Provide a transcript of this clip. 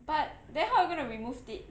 but then how are you gonna remove it